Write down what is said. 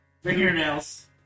Fingernails